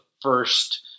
First